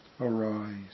arise